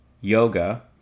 yoga